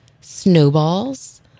snowballs